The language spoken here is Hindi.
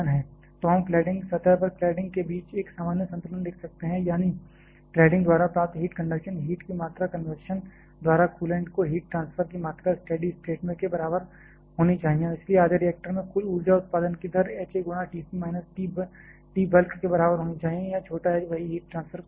तो हम क्लैडिंग सतह पर क्लैडिंग के बीच एक सामान्य संतुलन लिख सकते हैं यानी क्लैडिंग द्वारा प्राप्त कंडक्शन हीट की मात्रा कन्वैक्शन द्वारा कूलेंट को हीट ट्रांसफर की मात्रा स्टडी स्टेट में के बराबर होनी चाहिए और इसलिए आधे रिएक्टर से कुल ऊर्जा उत्पादन की दर h A गुणा T c minus T bulk के बराबर होनी चाहिए यहां छोटा h वही हीट ट्रांसफर कॉएफिशिएंट है